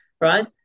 right